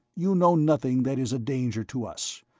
you know nothing that is a danger to us.